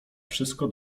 wszystko